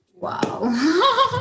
Wow